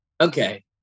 okay